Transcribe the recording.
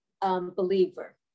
believer